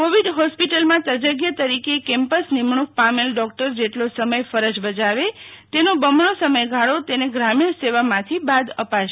Covid હોસ્પિટલમાં તજજ્ઞ તરીકે કેમ્પસ નિમણક પામેલ ડોકટર જેટલો સમય ફરજ બજાવે તેનો બમણો સમયગાળો તેને ગ્રામીણ સેવામાંથી બાદ અપાશે